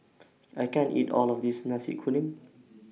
I can't eat All of This Nasi Kuning